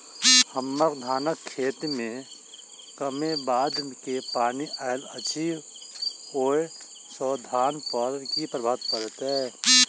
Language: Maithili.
हम्मर धानक खेत मे कमे बाढ़ केँ पानि आइल अछि, ओय सँ धान पर की प्रभाव पड़तै?